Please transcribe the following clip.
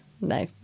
no